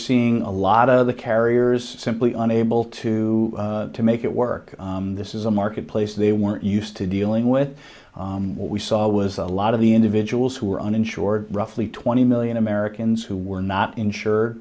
seeing a lot of the carriers simply unable to to make it work this is a marketplace they were used to dealing with what we saw was a lot of the individuals who are uninsured roughly twenty million americans who were not insure